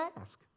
ask